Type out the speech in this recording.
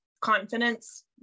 confidence